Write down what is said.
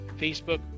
Facebook